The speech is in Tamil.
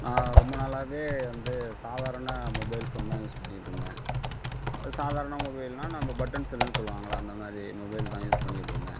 நான் ரொம்ப நாளாகவே வந்து சாதாரண மொபைல் ஃபோன் தான் யூஸ் பண்ணிகிட்டிருந்தேன் சாதாரண மொபைல்னால் நம்ம பட்டன் செல்லுன்னு சொல்லுவாங்களே அந்தமாதிரி மொபைல் தான் யூஸ் பண்ணிகிட்டிருந்தேன்